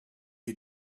you